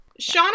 shauna